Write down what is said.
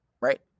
right